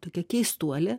tokia keistuolė